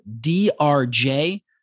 DRJ